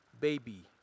baby